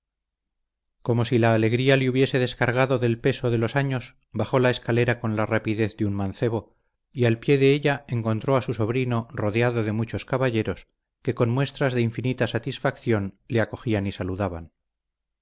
como si la alegría le hubiese descargado del peso de los años bajó la escalera con la rapidez de un mancebo y al pie de ella encontró a su sobrino rodeado de muchos caballeros que con muestras de infinita satisfacción le acogían y saludaban